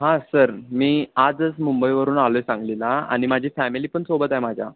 हां सर मी आजच मुंबईवरून आलो आहे सांगलीला आणि माझी फॅमिली पण सोबत आहे माझ्या